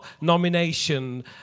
nomination